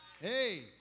Hey